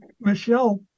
Michelle